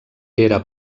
pere